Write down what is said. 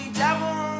devil